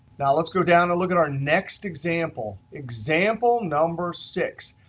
now, let's go down to look at our next example. example number six,